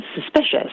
suspicious